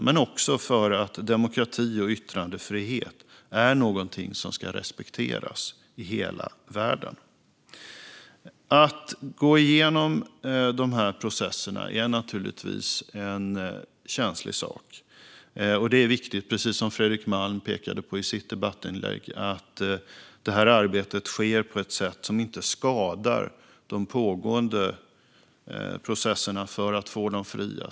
Det är också viktigt för att demokrati och yttrandefrihet är någonting som ska respekteras i hela världen. Att gå igenom de här processerna är naturligtvis en känslig sak, och precis som Fredrik Malm pekade på i sitt inlägg är det viktigt att arbetet sker på ett sätt som inte skadar de pågående processerna för att få dem fria.